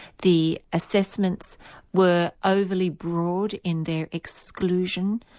the assessments were overly broad in their exclusion.